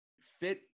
fit